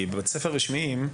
כי בבתי ספר רשמיים,